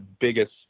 biggest